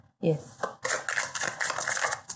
Yes